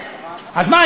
אז מה,